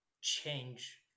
change